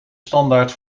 standaard